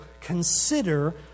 consider